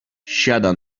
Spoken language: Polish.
siada